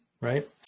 right